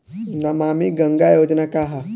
नमामि गंगा योजना का ह?